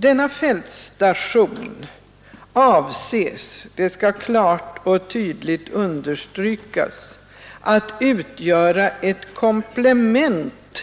Denna fältstation avses — det skall klart och tydligt understrykas — att utgöra ett komplement